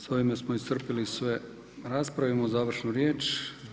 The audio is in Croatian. S ovime smo iscrpili sve rasprave, imamo završnu riječ.